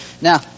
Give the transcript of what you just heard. Now